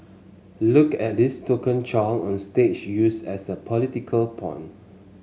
look at this token child on stage used as a political pawn